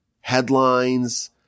headlines